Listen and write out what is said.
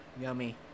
yummy